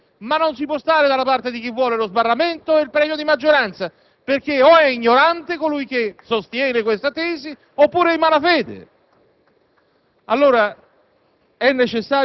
maggioranza e dalla parte di chi vuole lo sbarramento, ma non si può stare dalla parte di chi vuole lo sbarramento e il premio di maggioranza, perché o è ignorante colui che sostiene questa tesi, oppure è in malafede.